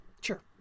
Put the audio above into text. Sure